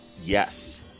yes